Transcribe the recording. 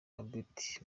albert